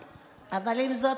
אבל עם זאת,